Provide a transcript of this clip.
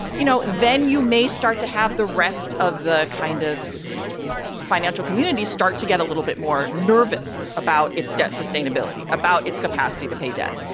you know, then you may start to have the rest of the kind of financial community start to get a little bit more nervous about its debt sustainability, about its capacity to pay debt,